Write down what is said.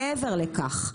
מעבר לכך,